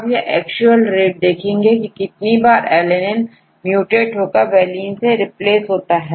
अब वह actual rate देखेंगे की कितनी बारalanine म्यूटएट होकरvaline से रिप्लेस होता है